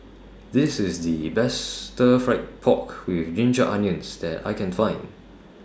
This IS The Best Stir Fry Pork with Ginger Onions that I Can Find